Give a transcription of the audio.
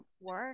work